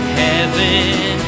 heaven